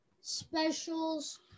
specials